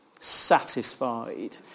Satisfied